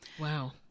Wow